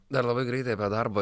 dar labai greitai apie darbą